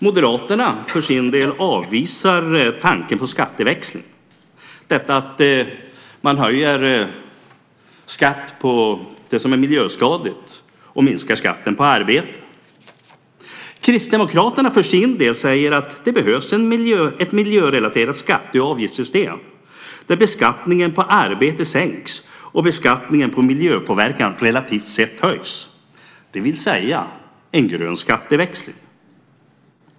Moderaterna avvisar tanken på skatteväxling, det vill säga att man höjer skatten på det som är miljöskadlig och minskar skatten på arbete. Kristdemokraterna för sin del säger att det behövs ett miljörelaterat skatte och avgiftssystem där beskattningen på arbete sänks och beskattningen på miljöpåverkan relativt sett höjs, det vill säga en grön skatteväxling.